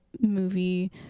movie